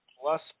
plus